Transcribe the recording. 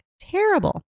terrible